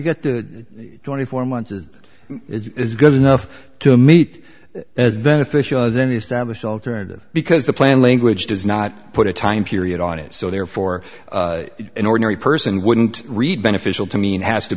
get to twenty four months as it is good enough to meet as beneficial then establish alternative because the plan language does not put a time period on it so therefore an ordinary person wouldn't read beneficial to me and has to